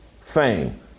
fame